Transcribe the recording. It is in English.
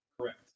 Correct